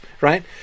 right